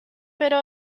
pero